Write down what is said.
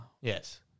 Yes